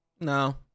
No